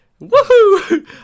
Woohoo